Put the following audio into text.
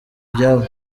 byabo